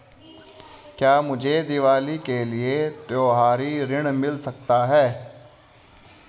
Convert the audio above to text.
क्या मुझे दीवाली के लिए त्यौहारी ऋण मिल सकता है?